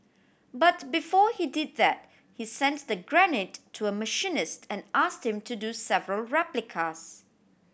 but before he did that he sent the grenade to a machinist and asked him to do several replicas